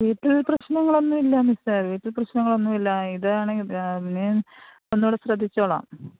വീട്ടിൽ പ്രശ്നങ്ങളൊന്നുവില്ല മിസ്സെ വീട്ടിൽ പ്രശ്നങ്ങളൊന്നുവില്ല ഇതാണെങ്കിൽ ഇനി ഒന്നുടെ ശ്രദ്ധിച്ചോളാം